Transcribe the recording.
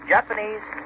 Japanese